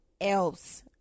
else